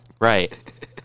Right